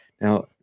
Now